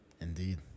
indeed